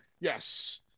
Yes